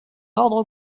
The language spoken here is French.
ordre